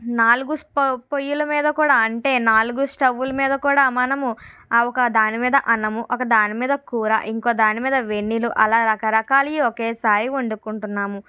నాలుగు పొయ్యిల మీద కూడా అంటే నాలుగు స్టవ్ల మీద కూడా మనము ఆ ఒక దాని మీద అన్నము ఒక దాని మీద కూర ఇంకో దాని మీద వేడి నీళ్ళు అలా రకరకాల ఒకేసారి వండుకుంటున్నాము